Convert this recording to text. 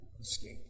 escape